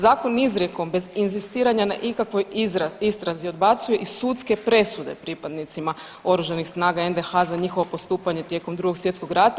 Zakon izrijekom bez inzistiranja na ikakvoj istrazi odbacuje i sudske presude pripadnicima oružanih snaga NDH za njihovo postupanje tijekom Drugog svjetskog rata.